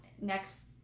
next